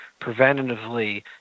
preventatively